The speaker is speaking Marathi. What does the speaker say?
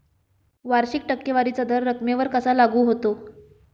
वार्षिक टक्केवारीचा दर रकमेवर कसा लागू होतो?